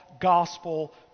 gospel